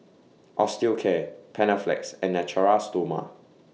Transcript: Osteocare Panaflex and Natura Stoma